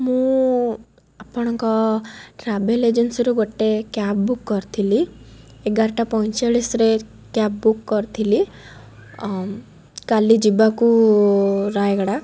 ମୁଁ ଆପଣଙ୍କ ଟ୍ରାଭେଲ୍ ଏଜେନ୍ସିରୁ ଗୋଟିଏ କ୍ୟାବ୍ ବୁକ୍ କରିଥିଲି ଏଗାରଟା ପଇଁଚାଳିଶରେ କ୍ୟାବ୍ ବୁକ୍ କରିଥିଲି କାଲି ଯିବାକୁ ରାୟଗଡ଼ା